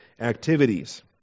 activities